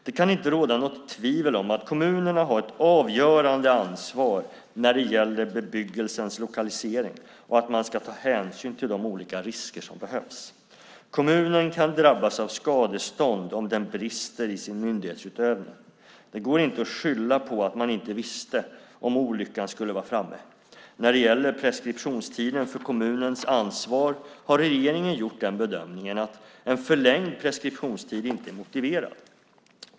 Det kan inte råda något tvivel om att kommunerna har ett avgörande ansvar när det gäller bebyggelsens lokalisering och att man ska ta hänsyn till de olika riskerna. Kommunen kan drabbas av skadestånd om den brister i sin myndighetsutövning. Det går inte att skylla på att man inte visste, om olyckan skulle vara framme. När det gäller preskriptionstiden för kommunens ansvar har regeringen gjort den bedömningen att en förlängd preskriptionstid inte är motiverad.